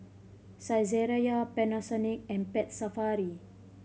Saizeriya Panasonic and Pet Safari